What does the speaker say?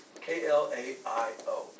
K-L-A-I-O